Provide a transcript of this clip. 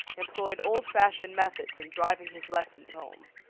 employed old-fashioned methods in driving his lessons home.